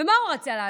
ומה הוא רצה לעשות,